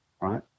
Right